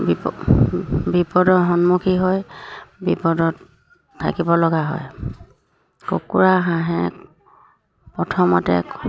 বিপদ বিপদৰ সন্মুখীন হয় বিপদত থাকিব লগা হয় কুকুৰা হাঁহে প্ৰথমতে